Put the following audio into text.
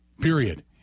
period